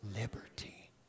liberty